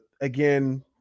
again